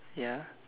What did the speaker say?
ya